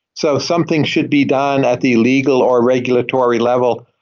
so something should be done at the legal or regulatory level,